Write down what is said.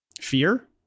Fear